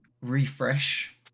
refresh